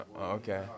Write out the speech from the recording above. Okay